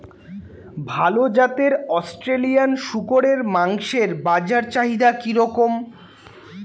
ভাল জাতের অস্ট্রেলিয়ান শূকরের মাংসের বাজার চাহিদা কি রকম?